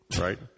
right